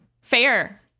Fair